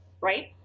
right